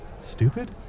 Stupid